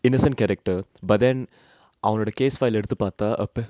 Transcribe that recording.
innocent character but then அவனோட:avanoda case file ah எடுத்து பாத்தா அப்ப:eduthu paatha apa